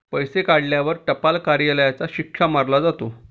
पैसे काढल्यावर टपाल कार्यालयाचा शिक्का मारला जातो